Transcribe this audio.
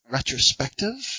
Retrospective